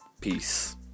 Peace